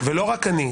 ולא רק אני,